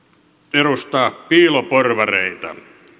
edustaa piiloporvareita